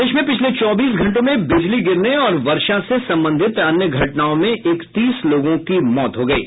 प्रदेश में पिछले चौबीस घंटों में बिजली गिरने और वर्षा से संबंधित अन्य घटनाओं में इकतीस लोगों की मौत हो गयी